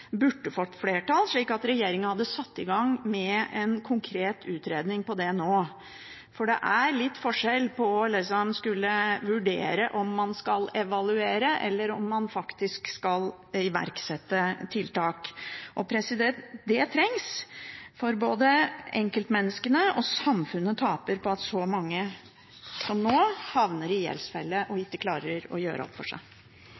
burde fått flertall, slik at regjeringen hadde satt i gang med en konkret utredning av det nå. For det er litt forskjell på å skulle vurdere om man skal evaluere, eller om man faktisk skal iverksette tiltak. Og det trengs, for både enkeltmenneskene og samfunnet taper på at så mange som nå havner i gjeldsfelle og ikke klarer å gjøre opp for seg.